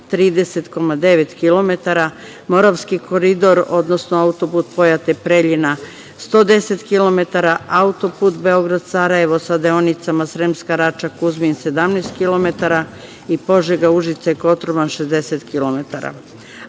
30,9 km, Moravski koridor, odnosno auto-put Pojate-Preljina, 110 km, auto-put Beograd-Sarajevo, sa deonicama Sremska Rača-Kuzmin, 17 km i Požega-Užice-Kotroman, 60 km,